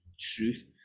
truth